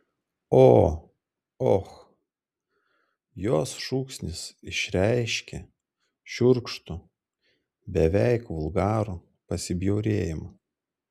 o och jos šūksnis išreiškė šiurkštų beveik vulgarų pasibjaurėjimą